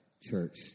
church